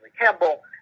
Campbell